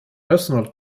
personal